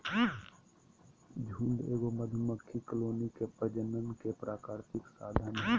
झुंड एगो मधुमक्खी कॉलोनी के प्रजनन के प्राकृतिक साधन हइ